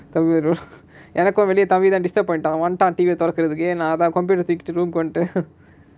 எனக்கு வெளிய தம்பி தான்:enakku veliya thambi thaan disturb பண்ணிட்டான் வந்துட்டான்:pannittaan vandhuttaan T_V ah தொறக்குறதுக்கு:thorakurathukku